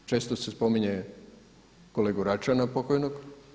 Često se spominje kolegu Račana, pokojnog.